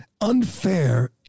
unfair